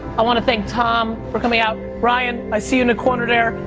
i wanna thank tom for coming up, brian, i see you in the corner there,